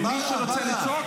החוצה.